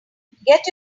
get